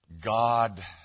God